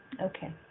Okay